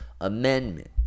Amendment